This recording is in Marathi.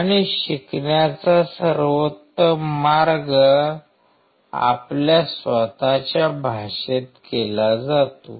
आणि शिकण्याचा सर्वोत्तम मार्ग आपल्या स्वतःच्या भाषेत केला जातो